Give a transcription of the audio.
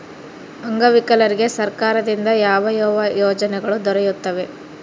ಅಂಗವಿಕಲರಿಗೆ ಸರ್ಕಾರದಿಂದ ಯಾವ ಯಾವ ಯೋಜನೆಗಳು ದೊರೆಯುತ್ತವೆ?